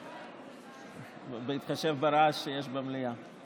בהתחשב ברעש שיש במליאה.